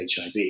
HIV